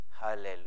hallelujah